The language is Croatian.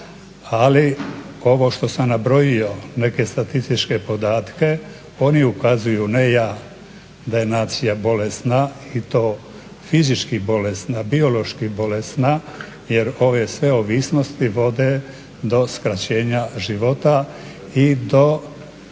Ali, ovo što sam nabrojio neke statističke podatke oni ukazuju, ne ja, da je nacija bolesna i to fizički bolesna, biološki bolesna jer ove sve ovisnosti vode do skraćenja života i do